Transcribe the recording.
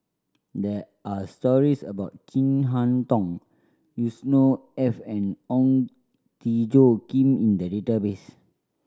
there are stories about Chin Harn Tong Yusnor Ef and Ong Tjoe Kim in the database